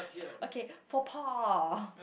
okay faux pas